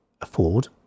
afford